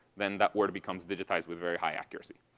then that word becomes digitized with very high accuracy.